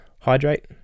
hydrate